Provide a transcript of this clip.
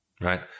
right